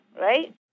right